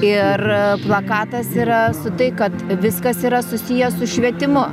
ir plakatas yra su tai kad viskas yra susiję su švietimu